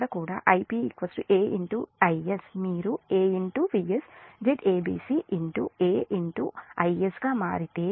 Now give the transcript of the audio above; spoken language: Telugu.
మీరు A Vs Zabc A Is గా మారితే